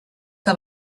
que